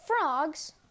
frogs